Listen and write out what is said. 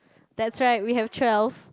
that's right we have twelve